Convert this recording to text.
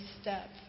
step